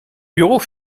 bureaux